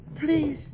Please